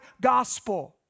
gospel